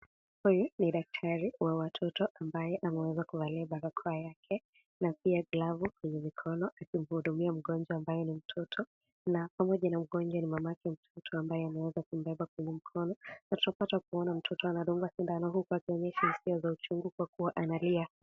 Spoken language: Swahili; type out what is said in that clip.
Huyu ni daktari wa watoto ambaye ameweza kuvalia barakoa yake na pia glavu kwenye mikono akimhudumia mgonjwa ambaye ni mtoto na mapona na mgongwa ni mama yake mtoto ambaye ameweza kumbeba kwenye mkonona tunapata kuona mtoto akidungwa sindano huku akionyesha hisia za uchungu kwa kuwa analia.